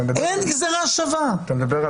אין גזירה שווה --- אתה מדבר על